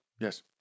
Yes